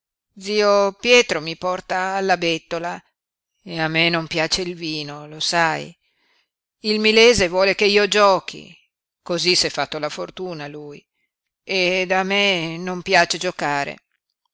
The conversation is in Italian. zio pietro mi porta alla bettola e a me non piace il vino lo sai il milese vuole che io giochi cosí s'è fatto la fortuna lui ed a me non piace giocare